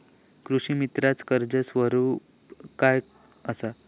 कृषीमित्राच कर्ज स्वरूप काय असा?